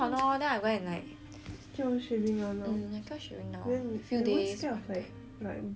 um I keep on shaving now like a few days